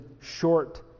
short